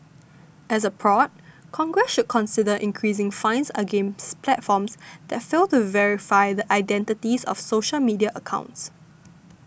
as a prod Congress should consider increasing fines against platforms that fail to verify the identities of social media accounts